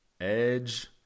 Edge